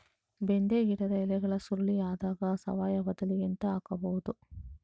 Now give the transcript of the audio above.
ಬೆಂಡೆ ಗಿಡದ ಎಲೆಗಳು ಸುರುಳಿ ಆದಾಗ ಸಾವಯವದಲ್ಲಿ ಎಂತ ಹಾಕಬಹುದು?